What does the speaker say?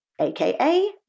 aka